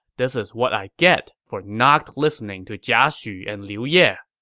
this is what i get for not listening to jia xu and liu ye!